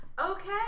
Okay